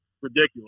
ridiculous